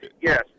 yes